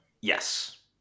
Yes